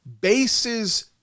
bases